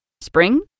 Spring